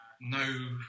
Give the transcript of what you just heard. no